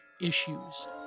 issues